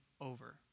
over